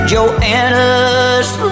Joanna's